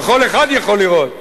וכל אחד יכול לראות